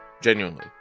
Genuinely